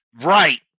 right